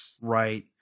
right